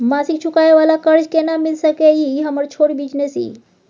मासिक चुकाबै वाला कर्ज केना मिल सकै इ हमर छोट बिजनेस इ?